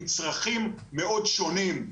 עם צרכים מאוד שונים.